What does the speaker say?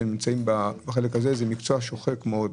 זה מקצוע שוחק מאוד.